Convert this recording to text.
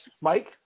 Mike